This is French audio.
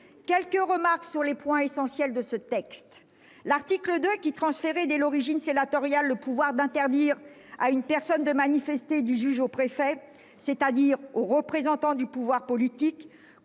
quelques remarques sur les points essentiels de ce texte. L'article 2, qui, dès l'origine sénatoriale, transférait le pouvoir d'interdire à une personne de manifester du juge au préfet, c'est-à-dire au représentant du pouvoir politique,